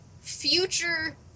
future